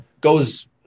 Goes